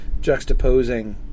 juxtaposing